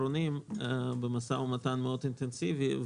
האחרון במשא ומתן אינטנסיבי מאוד.